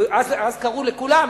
ואז קראו לכולם,